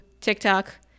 tiktok